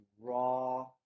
raw